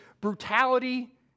brutality